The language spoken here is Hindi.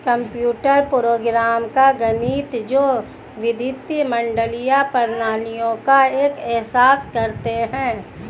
कंप्यूटर प्रोग्राम का गणित जो वित्तीय मॉडल या प्रणालियों का एहसास करते हैं